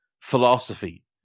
philosophy